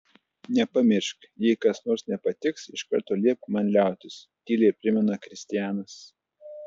nepamiršk jei kas nors nepatiks iš karto liepk man liautis tyliai primena kristianas